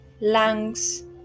lungs